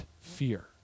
fear